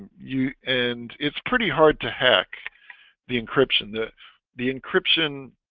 you and it's pretty hard to hack the encryption that the encryption